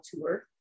tour